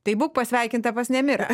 tai būk pasveikinta pas nemirą